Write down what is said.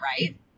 right